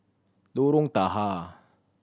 Lorong Tahar